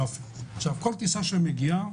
בכל טיסה שמגיעה,